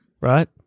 right